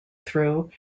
through